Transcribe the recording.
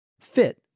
fit